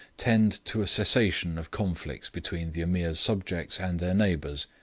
tend to a cessation of conflicts between the ameer's subjects and their neighbours.